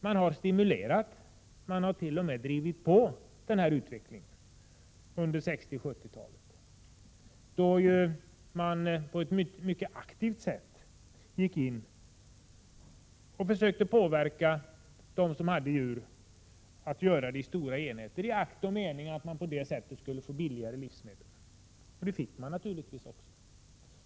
Man har stimulerat och t.o.m. drivit på denna utveckling under 1960 och 1970-talet, då man från samhällets sida på ett mycket aktivt sätt gick in och försökte påverka de som hade djur att ha stora enheter för att i akt och mening få fram billigare livsmedel, och det fick man naturligtvis.